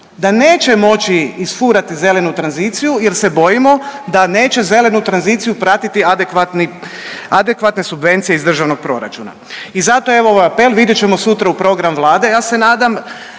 da neće moći isfurati zelenu tranziciju jer se bojimo da neće zelenu tranziciju pratiti adekvatni, adekvatne subvencije iz državnog proračuna. I zato evo ovaj apel, vidjet ćemo sutra u program Vlade